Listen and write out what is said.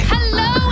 Hello